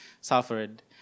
suffered